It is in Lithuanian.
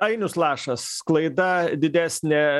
ainius lašas klaida didesnė